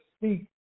speak